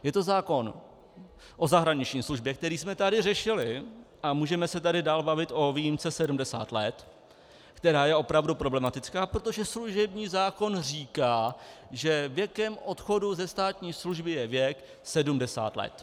Je to zákon o zahraniční službě, který jsme tady řešili, a můžeme se tady dál bavit o výjimce 70 let, která je opravdu problematická, protože služební zákon říká, že věkem odchodu ze státní služby je věk 70 let.